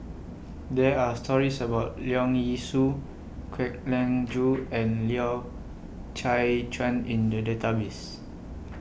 There Are stories about Leong Yee Soo Kwek Leng Joo and Loy Chye Chuan in The Database